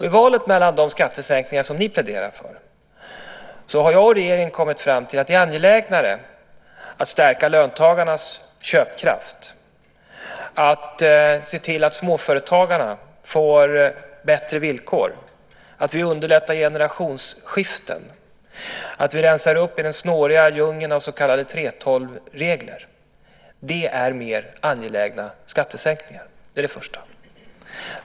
I valet mellan de skattesänkningar som ni pläderar för har jag och regeringen kommit fram till att det är angelägnare att stärka löntagarnas köpkraft, att se till att småföretagarna får bättre villkor, att underlätta generationsskiften, att rensa upp i den snåriga djungeln av så kallade 3:12-regler. Det är mer angelägna skattesänkningar. Det är det första.